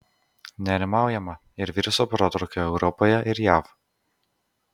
nerimaujama ir viruso protrūkio europoje ir jav